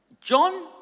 John